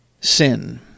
sin